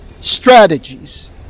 strategies